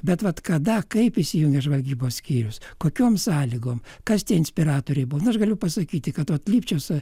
bet vat kada kaip įsijungia žvalgybos skyrius kokiom sąlygom kas tie inspiratoriai buvo nu aš galiu pasakyti kad vat lipčius